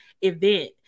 event